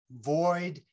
void